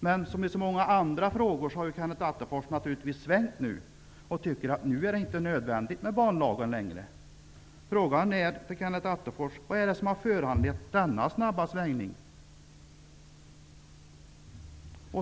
Men som i så många andra frågor har naturligtvis Kenneth Attefors nu svängt och tycker att en banlag inte längre är nödvändig. Min fråga till Kenneth Attefors är: Vad är det som har föranlett denna snabba svängning?